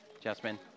Jasmine